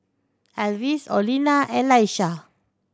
Alvis Orlena and Laisha